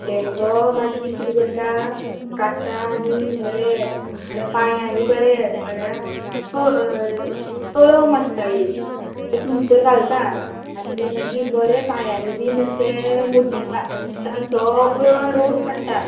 मुट्टे मगो मागीर कितें करता काडटा आनी बरे पायांनी बरें म्हळ्यार करम आसता एक तेतून भितर घालता आनी मागीर बरें पायांनी ते मुड्डीता तांचो बरो रस काडटा